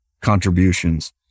contributions